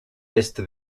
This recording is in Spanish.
este